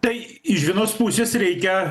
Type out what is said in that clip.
tai iš vienos pusės reikia